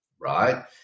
right